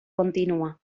continúa